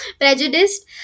Prejudiced